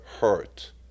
hurt